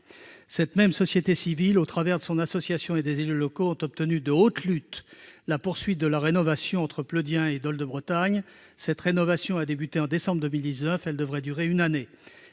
Cette même société civile, au travers d'une association et des élus locaux, a obtenu de haute lutte la poursuite de la rénovation entre Pleudihen-sur-Rance et Dol-de-Bretagne. Celle-ci a commencé en décembre 2019 et devrait durer une année.